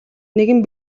нэгэн